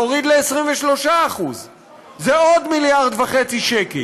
להוריד ל-23% זה עוד 1.5 מיליארד שקלים.